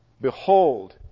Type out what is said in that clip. Behold